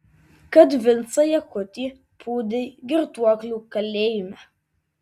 kad vincą jakutį pūdei girtuoklių kalėjime